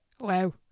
Wow